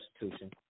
institution